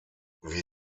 wie